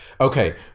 okay